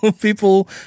people